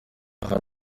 hari